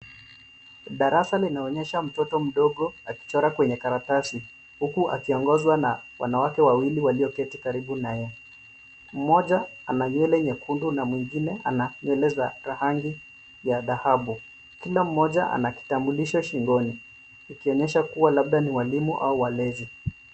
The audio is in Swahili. Darasa linaonyesha mtoto mdogo akichora kwenye karatasi huku akiongozwa na wanawake wawili waliketi karibu naye, mmoja ana nywele nyekundu na mwingine ana nywele za rangi ya dhahabu, kila mmoja ana akitambulisho shingoni ikionyesha kuwa labda ni walimu au walezi.